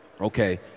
okay